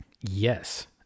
Yes